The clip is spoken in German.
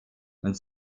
und